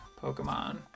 Pokemon